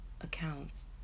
accounts